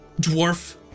dwarf